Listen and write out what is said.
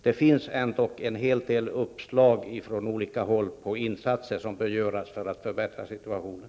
Det finns ändock en del uppslag från olika håll på insatser som kan göras för att förbättra situationen.